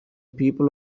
people